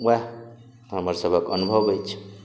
वएह हमरसभक अनुभव अछि